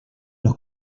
los